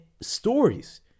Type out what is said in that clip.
stories